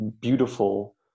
beautiful